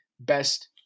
best